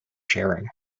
sharing